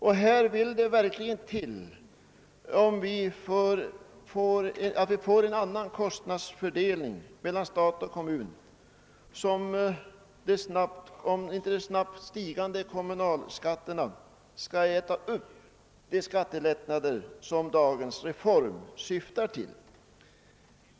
Därför vill det verkligen till att vi får en annan kostnadsfördelning mellan stat och kommun, om inte de snabbt stigande kommunalskatterna skall äta upp de skattelättnader som dagens reform syftar till.